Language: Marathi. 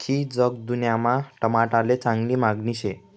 आख्खी जगदुन्यामा टमाटाले चांगली मांगनी शे